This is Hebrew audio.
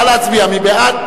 נא להצביע, מי בעד?